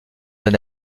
d’un